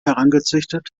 herangezüchtet